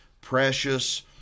precious